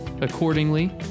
accordingly